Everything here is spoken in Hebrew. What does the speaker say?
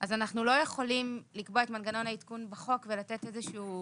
אז אנחנו לא יכולים לקבוע את מנגנון העדכון בחוק ולתת איזשהו